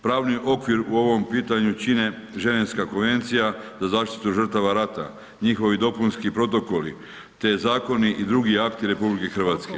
Pravni okvir u ovom pitanju čine Ženevska konvencija za zaštitu žrtava rata, njihovi dopunski protokoli te zakoni i drugi akti RH.